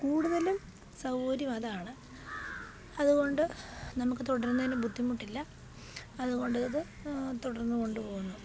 കൂടുതലും സൗകര്യം അതാണ് അതുകൊണ്ട് നമ്മള്ക്ക് തുടരുന്നതിനു ബുദ്ധിമുട്ടില്ല അതുകൊണ്ട് ഇത് തുടർന്നുകൊണ്ട് പോവുന്നു